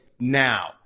Now